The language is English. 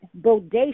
bodacious